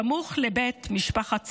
סמוך לבית משפחת צור.